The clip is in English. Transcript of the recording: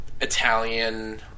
Italian